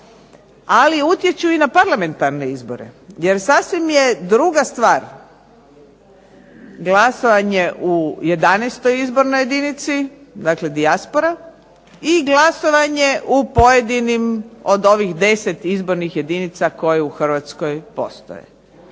ali utječu i na Parlamentarne izbore. Jer sasvim je druga stvar glasovanje u 11. izbornoj jedinici, dakle dijaspora, i glasovanje u pojedinim od ovih 10 izbornih jedinica koje u Hrvatskoj postoje.